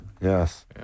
Yes